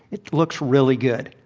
it looks really good.